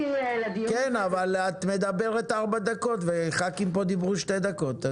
את מדברת 4 דקות וח"כים פה דיברו 2 דקות.